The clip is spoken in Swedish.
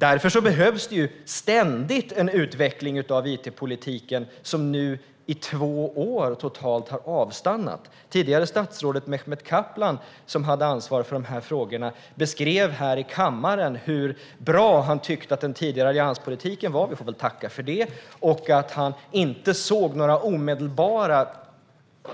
Därför behövs ständigt en utveckling av it-politiken, som nu i två år totalt har avstannat. Tidigare statsrådet Mehmet Kaplan, som hade ansvar för dessa frågor, beskrev i kammaren hur bra han tyckte att den tidigare allianspolitiken var. Vi får väl tacka för det. Han såg inte några omedelbara